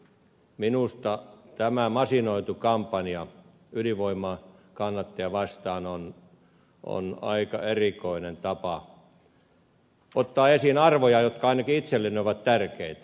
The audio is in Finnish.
minusta tämä masinoitu kampanja ydinvoiman kannattajia vastaan on aika erikoinen tapa ottaa esiin arvoja jotka ainakin itselleni ovat tärkeitä